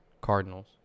Cardinals